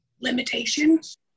limitations